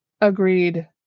Agreed